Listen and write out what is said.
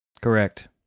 correct